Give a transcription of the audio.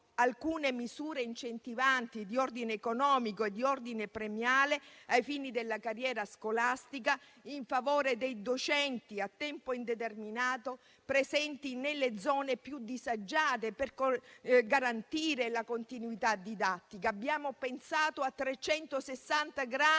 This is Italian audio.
alcune misure incentivanti di ordine economico e premiale ai fini della carriera scolastica in favore dei docenti a tempo indeterminato presenti nelle zone più disagiate per garantire la continuità didattica. Abbiamo pensato a 360 gradi